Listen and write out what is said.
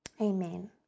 amen